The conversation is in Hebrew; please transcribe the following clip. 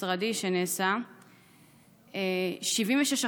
בין-משרדי שנעשה ואגיד את השאלה העוקבת שלי.